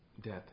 death